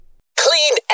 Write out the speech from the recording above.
Clean